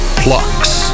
plucks